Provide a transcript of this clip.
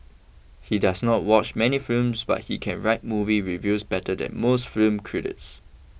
he does not watch many films but he can write movie reviews better than most film critics